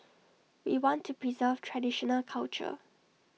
we want to preserve traditional culture